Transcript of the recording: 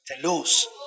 telos